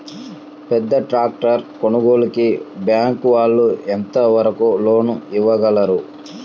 పెద్ద ట్రాక్టర్ కొనుగోలుకి బ్యాంకు వాళ్ళు ఎంత వరకు లోన్ ఇవ్వగలరు?